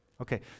Okay